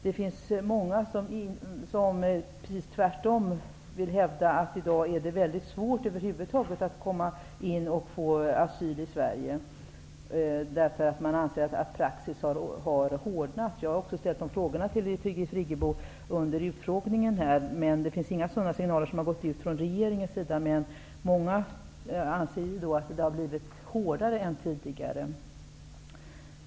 Det finns många som precis tvärtom hävdar att det i dag över huvud taget är väldigt svårt att komma in och få asyl i Sverige. De anser att praxis har hårdnat. Under utfrågningen frågade jag Birgit Friggebo om detta, men det har inte gått ut några sådana signaler från regeringens sida. Många anser dock att det har blivit hårdare än tidigare.